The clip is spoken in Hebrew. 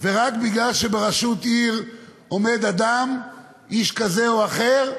ורק מכיוון שבראשות עיר עומד אדם, איש כזה או אחר,